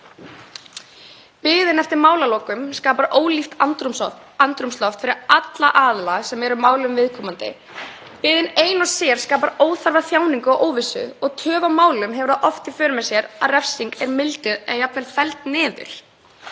Biðin eftir málalokum skapar ólíft andrúmsloft fyrir alla aðila sem eru málum viðkomandi, biðin ein og sér skapar óþarfa þjáningar og óvissu og töf á málum hefur það oft í för með sér að refsing er milduð eða jafnvel felld niður.